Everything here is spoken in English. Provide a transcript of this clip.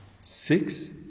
six